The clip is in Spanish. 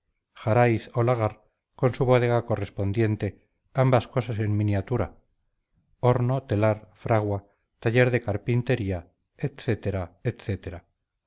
su bodega correspondiente ambas cosas en miniatura horno telar fragua taller de carpintería